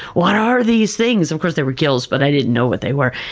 what are these things! of course, they were gills but i didn't know what they were.